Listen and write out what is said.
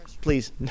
please